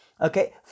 Okay